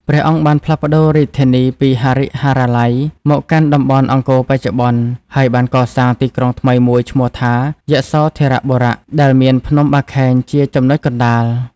ព្រះអង្គបានផ្លាស់រាជធានីពីហរិហរាល័យ មកកាន់តំបន់អង្គរបច្ចុប្បន្ន ហើយបានកសាងទីក្រុងថ្មីមួយឈ្មោះថា យសោធរបុរៈ ដែលមានភ្នំបាខែងជាចំណុចកណ្ដាល។